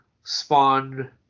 Spawn